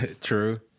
True